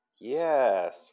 Yes